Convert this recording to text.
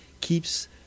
keeps